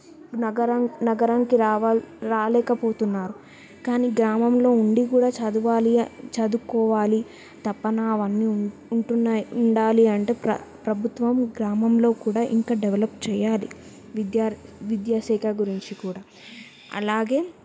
నగరం నగరంకి రావా రాలేకపోతున్నారు కానీ గ్రామంలో ఉండి కూడా చదవాలి చదువుకోవాలి తపన అవన్నీ ఉంటున్నాయి ఉండాలి అంటే ప్ర ప్రభుత్వం గ్రామంలో కూడా ఇంకా డెవలప్ చేయాలి విద్యా విద్యా శాఖ గురించి కూడా అలాగే